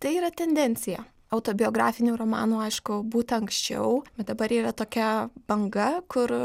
tai yra tendencija autobiografinių romanų aišku būta anksčiau bet dabar yra tokia banga kur